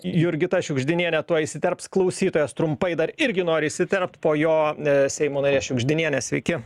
jurgita šiugždinienė tuoj įsiterps klausytojas trumpai dar irgi nori įsiterpt po jo seimo narė šiugždinienė sveiki